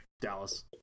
Dallas